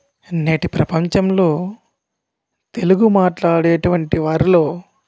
నేటి ప్రపంచంలో తెలుగు మాట్లాడే అటువంటి వారిలో